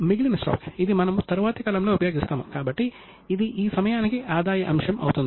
ఇది పురోగతిలో ఉన్న పనిని తనిఖీ చేయడానికి కూడా ఉపయోగపడుతుంది